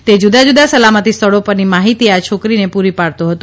તે જુદાજુદા સલામતિસ્થળો પરની માહીતી આ છોકરીને પૂરી પાડતો હતો